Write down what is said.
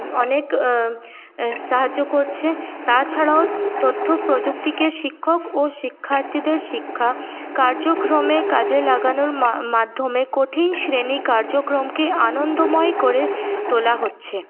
অনেক সাহায্য করছে তাছাড়াও তথ্যপ্রযুক্তিকে শিক্ষক ও শিক্ষার্থীদের শিক্ষা কার্যক্রমে কাজে লাগানোর মাধ্যমে কঠিন শ্রেণী কার্যক্রমকে আনন্দময় করে তোলা হচ্ছে